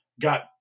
got